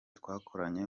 twakoranye